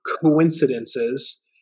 coincidences